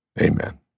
Amen